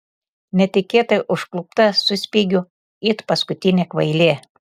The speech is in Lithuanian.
netikėtai užklupta suspiegiu it paskutinė kvailė